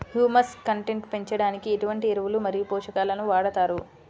Humus content పెంచడానికి ఎటువంటి ఎరువులు మరియు పోషకాలను వాడతారు?